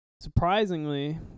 Surprisingly